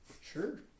Sure